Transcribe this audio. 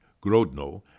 Grodno